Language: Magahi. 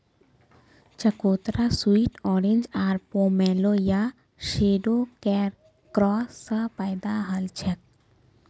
चकोतरा स्वीट ऑरेंज आर पोमेलो या शैडॉकेर क्रॉस स पैदा हलछेक